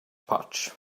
potch